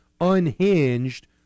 unhinged